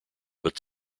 but